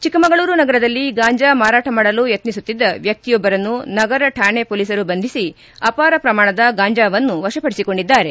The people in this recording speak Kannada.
ಚಿಕ್ಕಮಗಳೂರು ನಗರದಲ್ಲಿ ಗಾಂಜಾ ಮಾರಾಟ ಮಾಡಲು ಯತ್ನಿಸುತ್ತಿದ್ದ ವ್ಯಕ್ತಿಯೊಬ್ಬರನ್ನು ನಗರ ಠಾಣೆ ಪೊಲೀಸರು ಬಂಧಿಸಿ ಅಪಾರ ಪ್ರಮಾಣದ ಗಾಂಜಾವನ್ನು ವಶಪಡಿಸಿಕೊಂಡಿದ್ದಾರೆ